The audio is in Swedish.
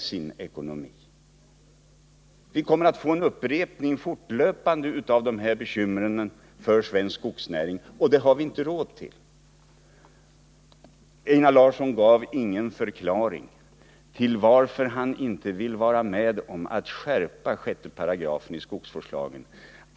Vi kommer att få uppleva en fortlöpande upprepning av dessa bekymmer för svensk skogsnäring, och det har vi inte råd till. Einar Larsson gav ingen förklaring till varför han inte vill vara med om att skärpa 6 § i skogsvårdslagen.